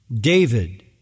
David